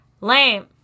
Lame